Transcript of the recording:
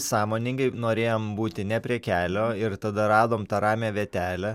sąmoningai norėjom būti ne prie kelio ir tada radom tą ramią vietelę